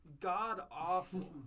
god-awful